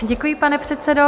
Děkuji, pane předsedo.